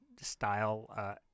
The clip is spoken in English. style